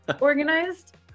organized